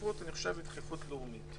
זו דחיפות לאומית.